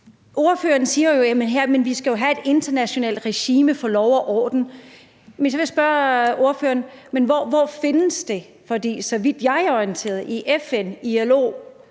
Ordføreren siger her: Vi skal jo have et internationalt regime for lov og orden. Men så vil jeg spørge ordføreren: Hvor findes det? For så vidt jeg er orienteret, er